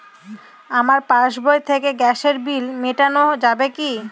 আমার পাসবই থেকে গ্যাসের বিল মেটানো যাবে কি?